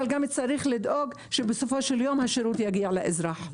אבל גם צריך לדאוג שבסופו של יום השירות יגיע לאזרח.